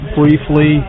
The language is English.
briefly